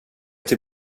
till